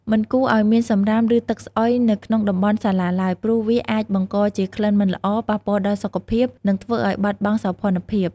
មិនគួរឲ្យមានសំរាម ឬទឹកស្អុយនៅក្នុងតំបន់សាលាឡើយ ព្រោះវាអាចបង្កជាក្លិនមិនល្អ ប៉ះពាល់ដល់សុខភាព និងធ្វើឲ្យបាត់បង់សោភ័ណភាព។